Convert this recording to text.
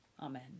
amen